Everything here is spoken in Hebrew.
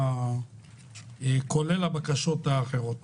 כולל הבקשות האחרות.